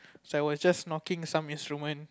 so I was just knocking some instrument